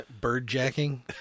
Bird-jacking